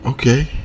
Okay